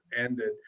ended